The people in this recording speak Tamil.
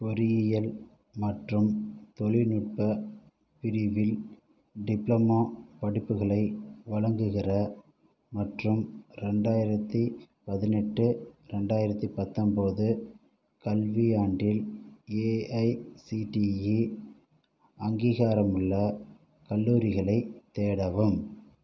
பொறியியல் மற்றும் தொழில்நுட்ப பிரிவில் டிப்ளமா படிப்புகளை வழங்குகிற மற்றும் ரெண்டாயிரத்தி பதினெட்டு ரெண்டாயிரத்தி பத்தொம்போது கல்வியாண்டில் ஏஐசிடிஇ அங்கீகாரமுள்ள கல்லூரிகளைத் தேடவும்